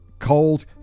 cold